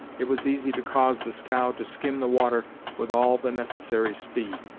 it was easy to cause the scow to skim the water with all the necessary speed.